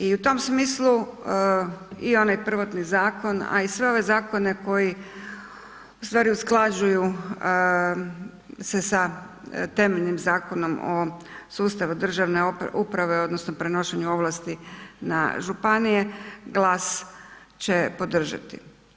I u tom smislu i onaj prvotni zakon, a i sve ove zakone koji u stvari usklađuju se sa temeljnim Zakonom o sustavu državne uprave odnosno prenošenju ovlasti na županije, GLAS će podržati.